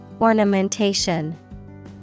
Ornamentation